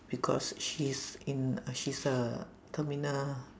because she's in she's a terminal